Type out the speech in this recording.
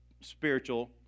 spiritual